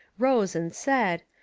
rose and said,